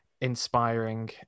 inspiring